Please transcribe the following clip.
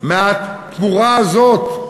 מהתמורה הזאת,